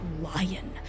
lion